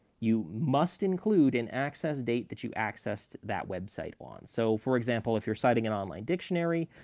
you must include an access date that you accessed that website on. so, for example, if you're citing an online dictionary,